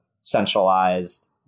centralized